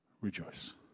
Rejoice